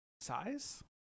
size